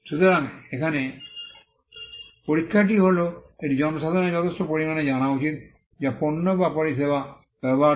সুতরাং এখানে পরীক্ষাটি হল এটি জনসাধারণের যথেষ্ট পরিমাণে জানা উচিত যা পণ্য বা পরিষেবা ব্যবহার করে